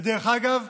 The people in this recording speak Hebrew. ודרך אגב,